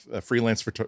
freelance